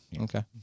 Okay